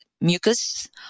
mucus